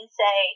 say